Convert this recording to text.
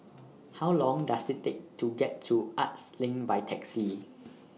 How Long Does IT Take to get to Arts LINK By Taxi